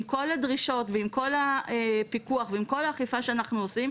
עם כל הדרישות ועם כל הפיקוח ועם כל האכיפה שאנחנו עושים,